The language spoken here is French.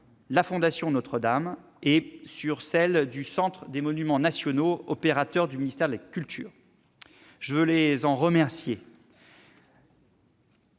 la Fondation Notre-Dame -et du Centre des monuments nationaux, opérateur du ministère de la culture. Je veux les en remercier.